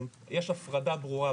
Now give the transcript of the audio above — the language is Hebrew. יש הפרדה ברורה,